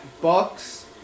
Bucks